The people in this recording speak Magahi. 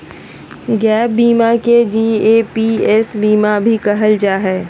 गैप बीमा के जी.ए.पी.एस बीमा भी कहल जा हय